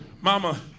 Mama